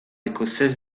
écossaise